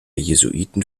jesuiten